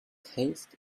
haste